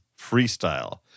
Freestyle